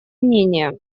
мнения